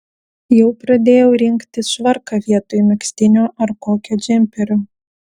jau pradėjau rinktis švarką vietoj megztinio ar kokio džemperio